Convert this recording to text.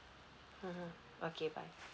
mmhmm okay bye